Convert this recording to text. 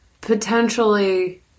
potentially